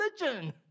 religion